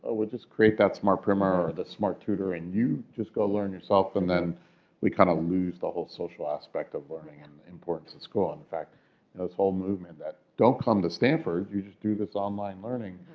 ah we'll just create that smart primer or that smart tutor, and you just go learn yourself. and then we kind of lose the whole social aspect of learning, and the importance of school. and the fact that and this whole movement that don't come to stanford, you just do this online learning